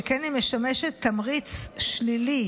שכן היא משמשת תמריץ שלילי